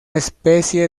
especie